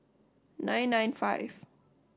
nine nine five